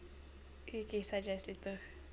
okay okay we suggest later